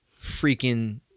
freaking